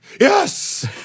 Yes